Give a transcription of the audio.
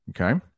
Okay